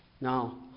Now